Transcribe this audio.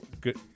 good